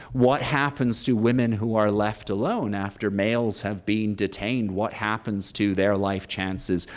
what happens to women who are left alone after males have been detained? what happens to their life chances?